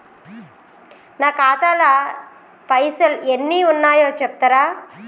నా ఖాతా లా పైసల్ ఎన్ని ఉన్నాయో చెప్తరా?